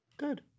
Good